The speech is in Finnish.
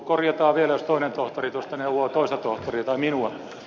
korjataan vielä jos toinen tohtori tuosta neuvoo toista tohtoria tai minua